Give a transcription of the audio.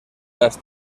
las